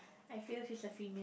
I feel is a female